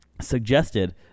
suggested